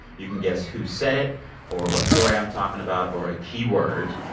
you can guess who said it or what story i'm talking about or a keyword.